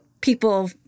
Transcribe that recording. people